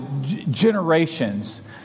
generations